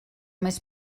més